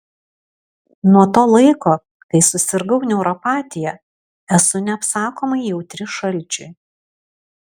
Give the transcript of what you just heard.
nuo to laiko kai susirgau neuropatija esu neapsakomai jautri šalčiui